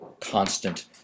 constant